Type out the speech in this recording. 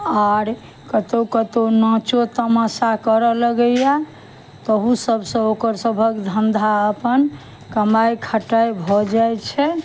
आर कतौ कतौ नाचो तमाशा करऽ लगैया ताहु सबसँ ओकर सभक धन्धा अपन कमाइ खटाइ भऽ जाइ छै